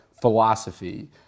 philosophy